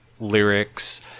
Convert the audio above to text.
lyrics